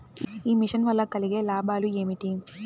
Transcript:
ఈ మిషన్ వల్ల కలిగే లాభాలు ఏమిటి?